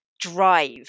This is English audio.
drive